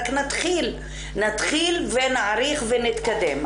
רק נתחיל ונאריך ונתקדם,